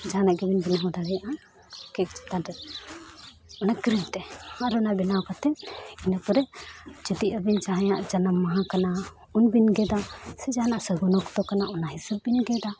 ᱡᱟᱦᱱᱟᱜ ᱜᱮᱵᱤᱱ ᱵᱮᱱᱟᱣ ᱫᱟᱲᱮᱭᱟᱜᱼᱟ ᱪᱮᱛᱟᱱᱨᱮ ᱚᱱᱟ ᱛᱮ ᱟᱨ ᱚᱱᱟ ᱵᱮᱱᱟᱣ ᱠᱟᱛᱮᱫ ᱤᱱᱟᱹ ᱯᱚᱨᱮ ᱡᱩᱫᱤ ᱟᱹᱵᱤᱱ ᱡᱟᱦᱟᱸᱭᱟᱜ ᱡᱟᱱᱟᱢ ᱢᱟᱦᱟ ᱠᱟᱱᱟ ᱩᱱ ᱵᱤᱱ ᱜᱮᱫᱟ ᱥᱮ ᱡᱟᱦᱟᱱᱟᱜ ᱥᱟᱹᱜᱩᱱ ᱚᱠᱛᱚ ᱠᱟᱱᱟ ᱚᱱᱟ ᱦᱤᱥᱟᱹᱵᱽ ᱵᱮᱱ ᱜᱮᱫᱟ